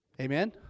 Amen